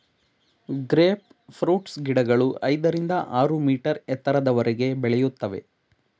grape fruits ಗಿಡಗಳು ಐದರಿಂದ ಆರು ಮೀಟರ್ ಎತ್ತರದವರೆಗೆ ಬೆಳೆಯುತ್ತವೆ